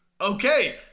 Okay